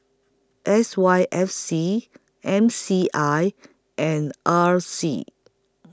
S Y F C M C I and R C